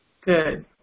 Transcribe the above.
good